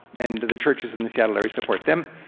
and the churches in the seattle area support them,